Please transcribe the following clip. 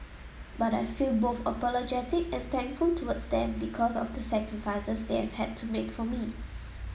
but I feel both apologetic and thankful towards them because of the sacrifices they have had to make for me